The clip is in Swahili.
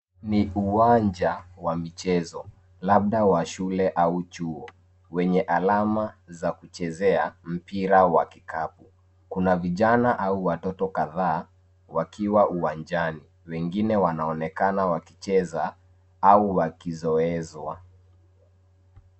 Ni uwanja wa michezo, labda wa shule au chuo. Wenye alama za kuchezea, mpira wa kikapu. Kuna vijana au watoto kadhaa, wakiwa uwanjani. Wengine wanaonekana wakicheza, au wakizowezwa.